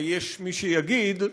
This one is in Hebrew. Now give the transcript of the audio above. יש מי שיגיד,